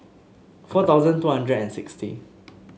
four thousand two hundred and sixty